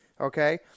okay